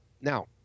Now